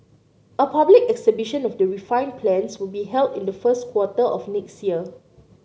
a public exhibition of the refined plans will be held in the first quarter of next year